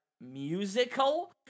musical